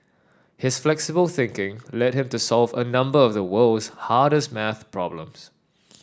his flexible thinking led him to solve a number of the world's hardest math problems